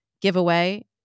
giveaway